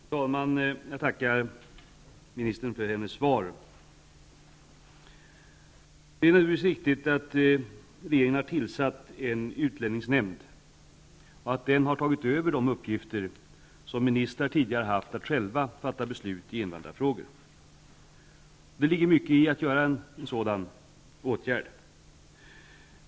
Fru talman! Jag tackar ministern för hennes svar. Det är naturligtvis riktigt att regeringen har tillsatt en utlänningsnämnd och att den har tagit över de uppgifter som ministrar tidigare har haft att själva fatta beslut i invandrarfrågor. Det ligger mycket i att vidta en sådan åtgärd.